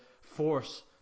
force